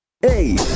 Hey